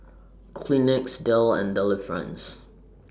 Kleenex Dell and Delifrance